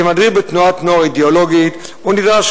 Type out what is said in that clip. כמדריך בתנועת נוער אידיאולוגית הוא נדרש